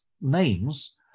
names